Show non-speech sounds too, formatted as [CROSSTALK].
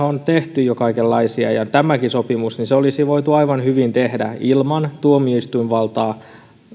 [UNINTELLIGIBLE] on tehty jo kaikenlaisia tämäkin sopimus olisi voitu aivan hyvin tehdä tuomioistuinvaltaa